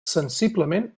sensiblement